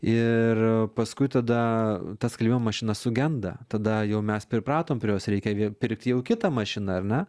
ir paskui tada ta skalbimo mašina sugenda tada jau mes pripratom prie jos reikia pirkti jau kitą mašiną ar ne